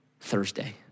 Thursday